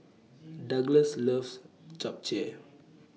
Douglass loves Japchae